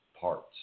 parts